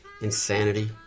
insanity